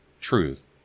truth